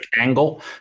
angle